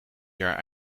jaar